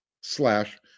slash